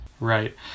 Right